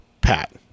Pat